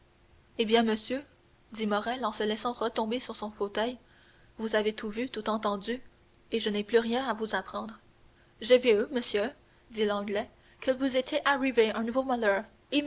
eh bien monsieur dit morrel en se laissant retomber sur son fauteuil vous avez tout vu tout entendu et je n'ai plus rien à vous apprendre j'ai vu monsieur dit l'anglais qu'il vous était arrivé un nouveau malheur